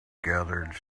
gathered